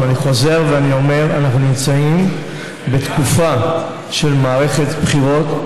אני חוזר ואומר: אנחנו נמצאים בתקופה של מערכת בחירות,